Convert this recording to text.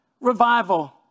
revival